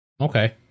Okay